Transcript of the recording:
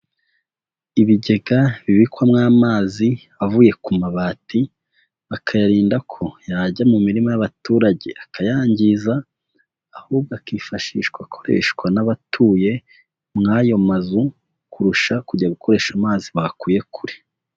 Ibigega bibikwamo amazi avuye ku mabati bakayarinda, ko yajya mu mirima y'abaturage akayangiza, ahubwo akifashishwa akoreshwa n'abatuye mw'ayo mazu kurusha kujya gukoresha amazi bakuye kure.